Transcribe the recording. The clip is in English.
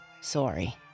Sorry